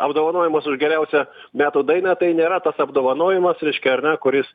apdovanojimas už geriausią metų dainą tai nėra tas apdovanojimas reiškia ar ne kuris